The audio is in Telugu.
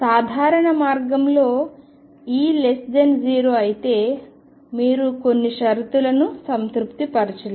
సాధారణ మార్గంలో E0 అయితే మీరు కొన్ని షరతులను సంతృప్తి పరచలేరు